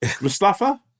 Mustafa